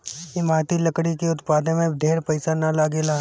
इमारती लकड़ी के उत्पादन में ढेर पईसा ना लगेला